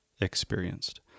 experienced